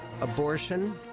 abortion